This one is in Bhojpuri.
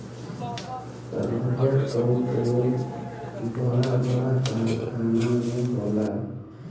रबड़ क उपयोग बड़ा बड़ा कारखाना में होला